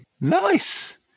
Nice